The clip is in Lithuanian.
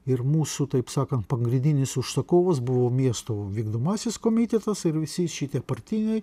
ir mūsų taip sakant pagrindinis užsakovas buvo miesto vykdomasis komitetas ir visi šitie partiniai